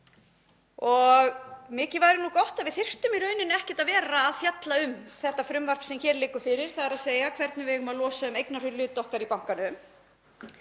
Og mikið væri nú gott ef við þyrftum í raun ekkert að vera að fjalla um það frumvarp sem hér liggur fyrir, þ.e. um það hvernig við eigum að losa um eignarhlut okkar í bankanum.